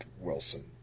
Wilson